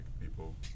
people